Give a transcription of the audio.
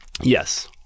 Yes